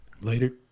Later